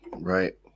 Right